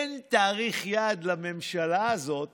אין תאריך יעד לממשלה הזאת